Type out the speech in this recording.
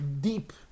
deep